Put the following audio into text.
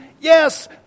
Yes